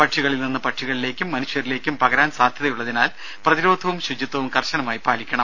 പക്ഷികളിൽ നിന്ന് പക്ഷികളിലേക്കും മനുഷ്യരിലേക്കും പകരാൻ സാധ്യതയുള്ളതിനാൽ പ്രതിരോധവും ശുചിത്വവും കർശനമായി പാലിക്കണം